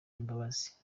imbabazi